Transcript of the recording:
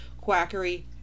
quackery